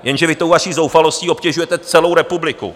Jenže vy tou vaší zoufalostí obtěžujete celou republiku.